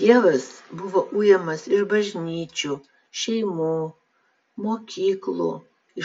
dievas buvo ujamas iš bažnyčių šeimų mokyklų